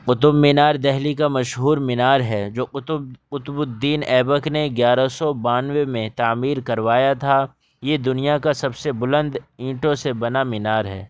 قطب مینار دہلی کا مشہور مینار ہے جو قطب قطب الدین ایبک نے گیارہ سو بانوے میں تعمیر کروایا تھا یہ دنیا کا سب سے بلند اینٹوں سے بنا مینار ہے